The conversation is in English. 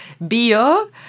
bio